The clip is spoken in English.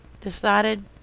decided